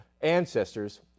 ancestors